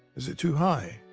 is it too high?